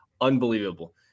unbelievable